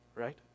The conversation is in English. Right